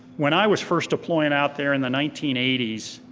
when i was first deployed out there in the nineteen eighty s,